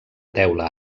teula